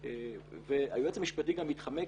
והיועץ המשפטי גם התחמק